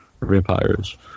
vampires